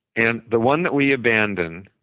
and the one that we abandoned,